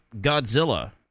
Godzilla